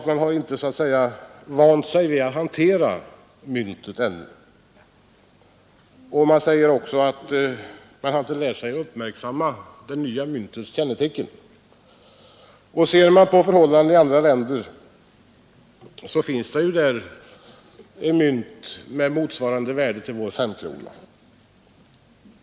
Man har inte vant sig vid att hantera myntet ännu. Det sägs också att man inte har lärt sig uppmärksamma det nya myntets kännetecken. I andra länder finns ju mynt med ett värde som motsvarar vår femkronas.